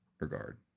regard